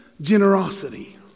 Generosity